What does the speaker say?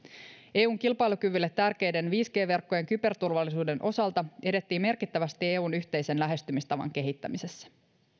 eun kilpailukyvylle tärkeiden viisi g verkkojen kyberturvallisuuden osalta edettiin merkittävästi eun yhteisen lähestymistavan kehittämisessä